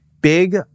Big